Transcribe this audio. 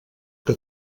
que